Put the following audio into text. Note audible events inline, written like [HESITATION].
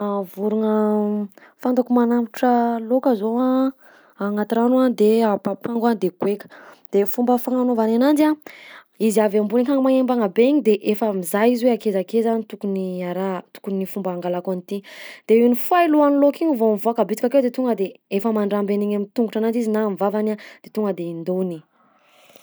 [HESITATION] Vorogna fantako manambotra laoka zao a agnaty rano a de: [HESITATION] papango de goeka, de fomba fagnanaovany ananjy a, izy avy ambony akany magnembana be iny de efa mizaha izy hoe akaizakaiza tokony araha tokony fomba angalako an'ity, de une fois i lohan'ny laoka igny vao mivoaka bitsika akeo de tonga de efa mandramby an'igny amy tongotra ananjy izy na amy vavany a de tonga de indaony.